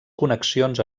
connexions